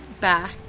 back